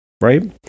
Right